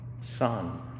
Son